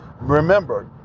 Remember